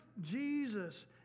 Jesus